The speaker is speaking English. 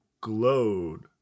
glowed